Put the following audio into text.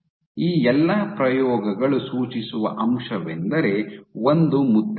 ಈ ಎಲ್ಲಾ ಪ್ರಯೋಗಗಳು ಸೂಚಿಸುವ ಅಂಶವೆಂದರೆ ಒಂದು ಮುದ್ರೆ ಇದೆ